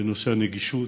בנושא הנגישות,